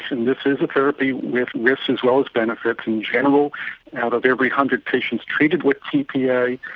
and this is a therapy with risks as well as benefits. in general out of every hundred patients treated with tpa,